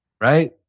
right